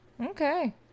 Okay